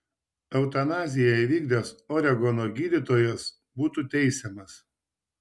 eutanaziją įvykdęs oregono gydytojas būtų teisiamas